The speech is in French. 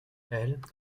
elles